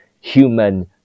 human